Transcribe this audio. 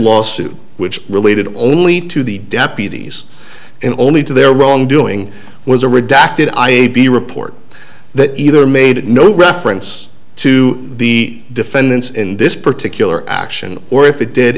lawsuit which related only to the deputies and only to their wrongdoing was a redacted i a b report that either made no reference to the defendants in this particular action or if it did